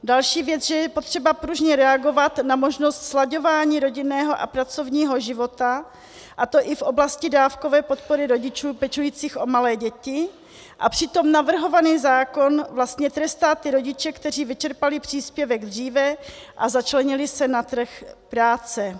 Další věc, že je potřeba pružně reagovat na možnost slaďování rodinného a pracovního života, a to i v oblasti dávkové podpory rodičů pečujících o malé děti, a přitom navrhovaný zákon vlastně trestá ty rodiče, kteří vyčerpali příspěvek dříve a začlenili se na trh práce.